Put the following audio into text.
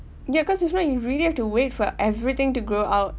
ya because if not you really have to wait for everything to grow out